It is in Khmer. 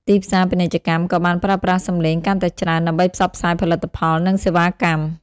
ទីផ្សារពាណិជ្ជកម្ម ក៏បានប្រើប្រាស់សំឡេងកាន់តែច្រើនដើម្បីផ្សព្វផ្សាយផលិតផល និងសេវាកម្ម។